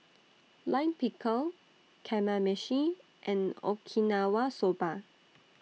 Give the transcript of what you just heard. Lime Pickle Kamameshi and Okinawa Soba